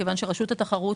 רשות התחרות